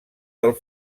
del